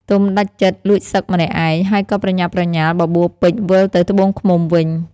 ទុំដាច់ចិត្តលួចសឹកម្នាក់ឯង ហើយក៏ប្រញាប់ប្រញាល់បបួលពេជ្រវិលទៅត្បូងឃ្មុំវិញ ។